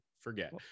Forget